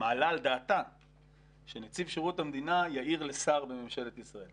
מעלה על דעתה שנציב שירות המדינה יעיר לשר בממשלת ישראל.